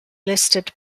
listed